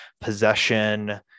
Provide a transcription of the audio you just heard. possession